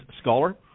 Scholar